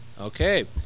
Okay